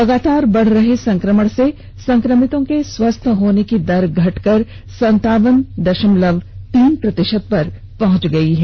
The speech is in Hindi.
लगातार बढ़ रहे संकमण से संकमितों के स्वस्थ होने की दर घटकर संतावन दशमलव तीन प्रतिशत पर पहंच गयी है